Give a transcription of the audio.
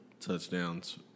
touchdowns